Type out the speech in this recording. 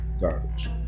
Garbage